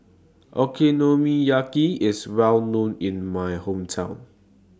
Okonomiyaki IS Well known in My Hometown